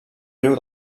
riu